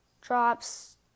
drops